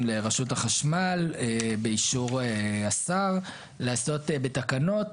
לרשות החשמל באישור השר לעשות בתקנות,